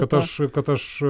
kad aš kad aš